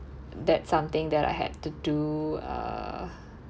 that's something that I had to do uh